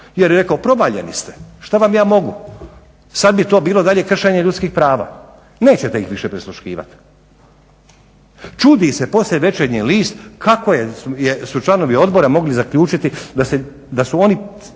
jer je rekao provaljeni ste, šta vam ja mogu. Sad bi to bilo dalje kršenje ljudskih prava. Nećete ih više prisluškivati. Čudi se poslije Večernji list kako su članovi Odbora mogli zaključiti da su oni